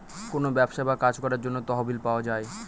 কোনো ব্যবসা বা কাজ করার জন্য তহবিল পাওয়া যায়